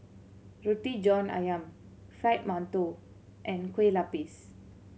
Roti John Ayam Fried Mantou and Kueh Lupis